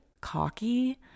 cocky